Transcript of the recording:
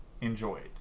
enjoyed